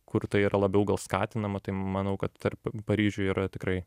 kur tai yra labiau gal skatinama tai manau kad tarp paryžiuj yra tikrai